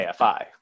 AFI